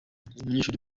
umunyeshuri